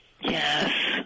Yes